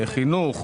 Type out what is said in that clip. חינוך,